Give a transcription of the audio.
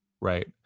Right